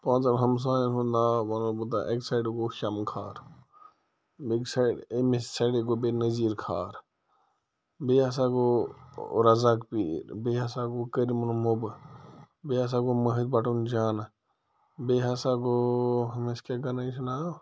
پانٛژَن ہمسایَن ہُنٛد ناو وَنو بہٕ تۄہہِ اَکہِ سایڈٕ گوٚو شَمہٕ کھار بیٚکہِ سایڈٕ اَمی سایڈٕ گوٚو بیٚیہِ نذیٖر کھار بیٚیہِ ہسا گوٚو رَزاق پیٖر بیٚیہِ ہسا گوٚو کٔرم المبہٕ بیٚیہِ ہسا گوٚو مٲحِد بَٹُن جانہٕ بیٚیہِ ہسا گوٚو ہُمِس کیٛاہ گَنٲیی چھِ ناو